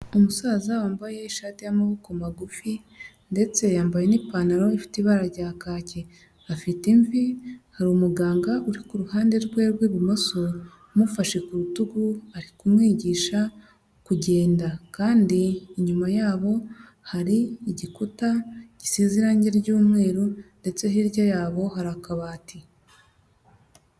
Umusaza wambaye ishati y'amaboko magufi ndetse yambaye n'ipantaro ifite ibara rya kake, afite imvi hari umuganga uri ku ruhande rwe rw'ibumoso umufashe ku rutugu ari kumwigisha kugenda kandi inyuma ya bo hari igikuta gisize irange ry'umweru ndetse hirya yabo hari akabati.